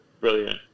brilliant